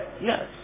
Yes